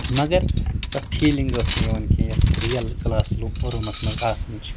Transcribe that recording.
مَگر سۄ فیٖلِنٛگ ٲسۍ نہٕ یِوان کیٚنٛہہ یۄس رِیل کٕلاس روٗمَس منٛز آسان چھِ